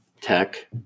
tech